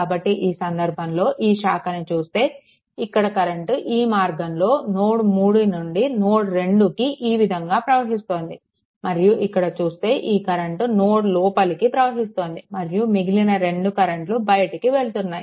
కాబట్టి ఈ సందర్భంలో ఈ శాఖను చూస్తే ఇక్కడ కరెంట్ ఈ మార్గంలో నోడ్ 3 నుండి నోడ్ 2కి ఈ విధంగా ప్రవహిస్తోంది మరియు ఇక్కడ చూస్తే ఈ కరెంట్ నోడ్ లోపలికి ప్రవహిస్తోంది మరియు మిగిలిన రెండు కరెంట్లు బయటికి వెళ్తున్నాయి